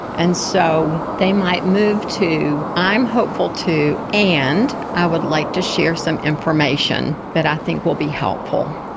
and so they might move to, i'm hopeful too, and i would like to share some information that i think will be helpful.